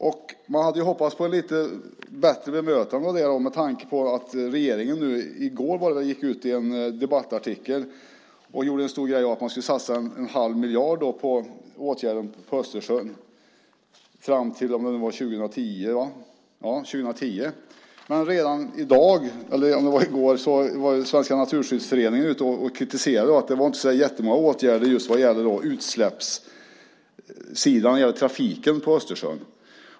Jag hade hoppats på ett lite bättre bemötande med tanke på att regeringen i går gick ut i en debattartikel och gjorde en stor sak av att man skulle satsa en halv miljard på åtgärder för Östersjön fram till 2010. Men nästan genast gick Svenska Naturskyddsföreningen ut och kritiserade detta för att det inte fanns så många åtgärder när det gäller utsläpp från trafiken på Östersjön.